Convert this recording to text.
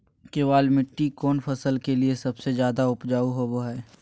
केबाल मिट्टी कौन फसल के लिए सबसे ज्यादा उपजाऊ होबो हय?